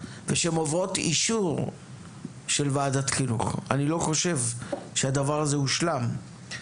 ושעוברות אישור של ועדת חינוך אני לא חושב שהדבר הזה הושלם.